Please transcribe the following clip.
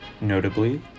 Notably